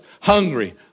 hungry